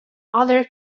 other